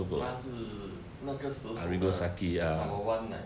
他是那个时候的 number one like